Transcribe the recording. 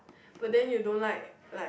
but then you don't like like